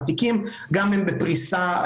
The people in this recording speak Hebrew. משטרה.